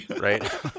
Right